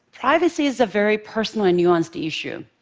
privacy is a very personal and nuanced issue.